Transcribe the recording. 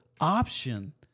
option